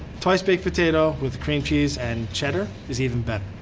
twice bakes potato with cream cheese and cheddar is even better.